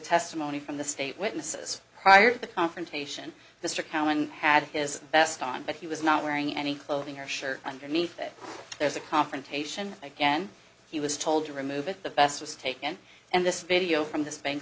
testimony from the state witnesses prior to the confrontation mr cowen had his best on but he was not wearing any clothing or shirt underneath it there's a confrontation again he was told to remove it the best was taken and this video from this bank